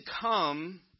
come